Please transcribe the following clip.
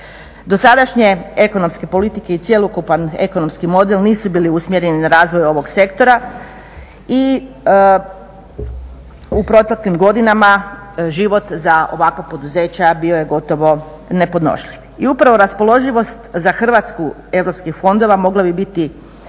Dosadašnje ekonomske politike i cjelokupan ekonomski model nisu bili usmjereni na razvoj ovog sektora i u proteklim godinama život za ovakva poduzeća bio je gotovo nepodnošljiv. I upravo raspoloživost za Hrvatsku europskih fondova mogla bi biti